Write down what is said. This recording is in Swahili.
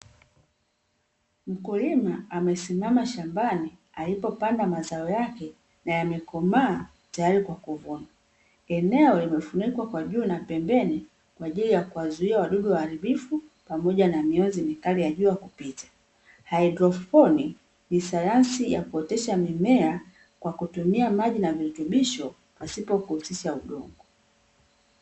Mkulima amesimama shambani alipopanda mazao yake na yamekomaa tayari kwa kuvunwa. Eneo limefunikwa kwa juu na pembeni kwa ajili ya kuwazuia wadudu waharibifu pamoja na mionzi mikali ya jua kupita. Haidroponi ni sayansi ya kuotesha mimea kwa kutumia maji na virutubisho pasipo kuhusisha udongo.